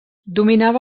dominava